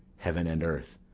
heaven and earth!